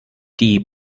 die